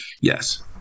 Yes